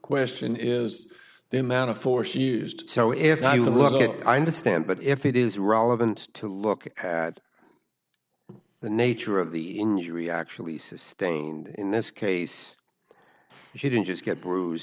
question is the amount of force used so if i look at i understand but if it is relevant to look at the nature of the injury actually sustained in this case she didn't just get bruise